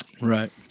Right